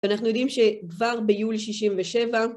אנחנו יודעים שכבר ביולי שישים ושבע